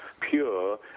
pure